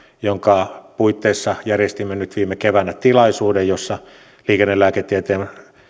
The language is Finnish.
jonka puitteissa järjestimme nyt viime keväänä tilaisuuden jossa liikennelääketieteen